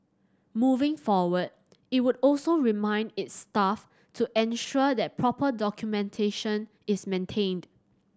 moving forward it would also remind its staff to ensure that proper documentation is maintained